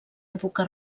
època